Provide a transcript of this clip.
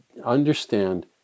understand